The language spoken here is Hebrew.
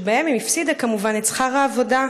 שבהם היא הפסידה, כמובן, את שכר העבודה,